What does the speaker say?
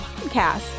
Podcast